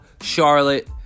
Charlotte